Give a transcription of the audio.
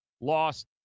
lost